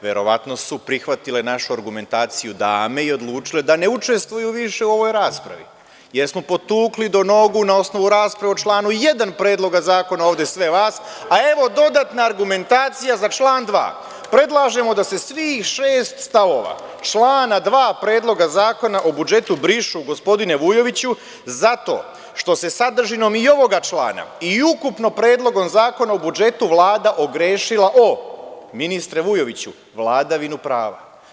Verovatno su prihvatile našu argumentaciju dame i odlučile da ne učestvuju više u ovoj raspravi, jer smo potukli do nogu na osnovu rasprave o članu 1. Predloga zakona ovde sve vas, a evo dodatna argumentacija za član 2. Predlažemo da se svih šest stavova člana 2. Predloga zakona o budžetu brišu, gospodine Vujoviću, zato što se sadržinom i ovoga člana i ukupno Predlogom zakona o budžetu Vlada ogrešila o, ministre Vujoviću, vladavinu prava.